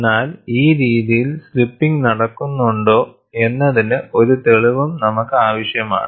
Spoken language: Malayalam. എന്നാൽ ഈ രീതിയിൽ സ്ലിപ്പിംഗ് നടക്കുന്നുണ്ടോ എന്നതിന് ഒരു തെളിവും നമുക്ക് ആവശ്യമാണ്